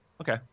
Okay